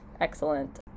excellent